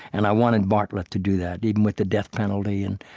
and i wanted bartlet to do that, even with the death penalty and